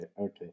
Okay